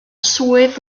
swydd